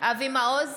אבי מעוז,